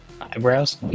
Eyebrows